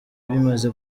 bimaze